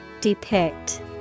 Depict